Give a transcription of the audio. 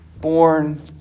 born